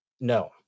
No